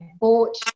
bought